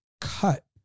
cut